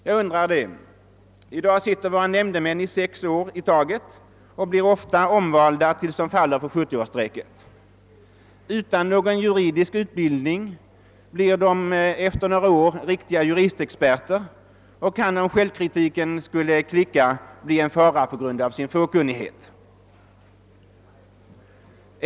Jag undrar om detta kan vara riktigt. I dag sitter våra nämndemän i sexårsperioder och blir oftast omvalda tills de faller för 70-årsstrecket. Om de inte har någon juridisk utbildning känner de sig efter några år ändå som verkliga juridikexperter och kan, om självkritiken skulle klicka, bli en fara på grund av sin fåkunnighet.